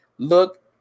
Look